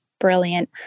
Brilliant